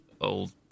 old